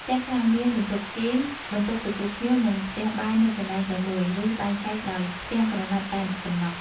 ផ្ទះខ្លះមានបន្ទប់គេង បន្ទប់ទទួលភ្ញៀវ និងផ្ទះបាយនៅកន្លែងតែមួយ ឬបែងចែកដោយផ្ទាំងក្រណាត់តែប៉ុណ្ណោះ។